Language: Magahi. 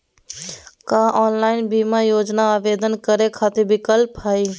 का ऑनलाइन बीमा योजना आवेदन करै खातिर विक्लप हई?